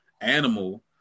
animal